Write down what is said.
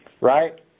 right